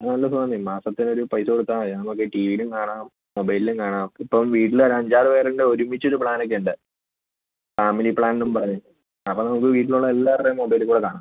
നല്ല സുഖം ആണെന്നേ മാസത്തിലൊരു പൈസ കൊടുത്താൽ മതി നമുക്ക് ടി വിയിലും കാണാം മൊബൈലിലും കാണാം ഇപ്പം വീട്ടിൽ ഒരു അഞ്ചാറ് പേർ ഉണ്ടെങ്കിൽ ഒരുമിച്ചൊരു പ്ലാൻ ഒക്കെ ഉണ്ട് ഫാമിലി പ്ലാൻ എന്ന് പറഞ്ഞ് അപ്പം നമുക്ക് വീട്ടിലുള്ള എല്ലാവരുടെയും മൊബൈലിൽ കൂടെ കാണാം